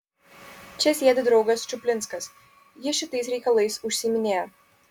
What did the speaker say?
čia sėdi draugas čuplinskas jis šitais reikalais užsiiminėja